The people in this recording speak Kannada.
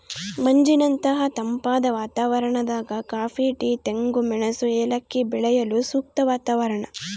ಮಂಜಿನಂತಹ ತಂಪಾದ ವಾತಾವರಣದಾಗ ಕಾಫಿ ಟೀ ತೆಂಗು ಮೆಣಸು ಏಲಕ್ಕಿ ಬೆಳೆಯಲು ಸೂಕ್ತ ವಾತಾವರಣ